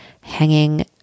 hanging